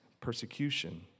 persecution